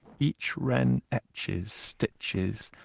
each wren etches, stitches,